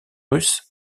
russes